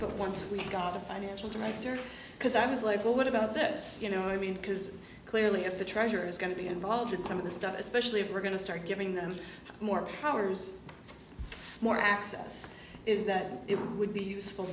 but once we've got a financial director because i was like well what about this you know i mean because clearly if the treasurer is going to be involved in some of this stuff especially if we're going to start giving them more powers more access that it would be useful